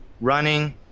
running